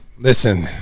Listen